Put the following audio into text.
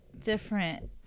different